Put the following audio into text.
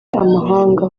amahanga